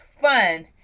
fun